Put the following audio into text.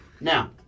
Now